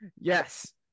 Yes